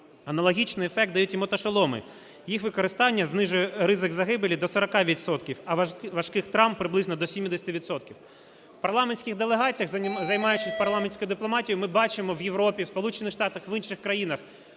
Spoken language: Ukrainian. Аналогічний ефект дають і мотошоломи, їх використання знижує ризик загибелі до 40 відсотків, а важких травм – приблизно до 70 відсотків. В парламентських делегаціях, займаючись парламентською дипломатією, ми бачимо в Європі, в Сполучених Штатах,